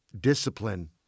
discipline